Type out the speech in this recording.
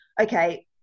okay